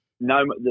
No